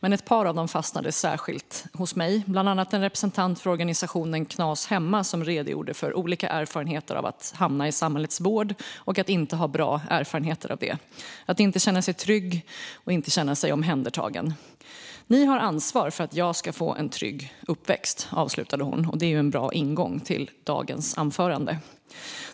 Ett par av dem fastnade särskilt hos mig, bland annat från en representant för organisationen Knas Hemma. Hon redogjorde för olika erfarenheter av att hamna i samhällets vård och att inte ha bra erfarenheter av det - att inte känna sig trygg och omhändertagen. Hon avslutade med orden: Ni har ansvar för att jag ska få en trygg uppväxt. Det är en bra ingång till dagens anförande.